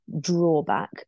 drawback